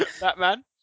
Batman